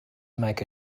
make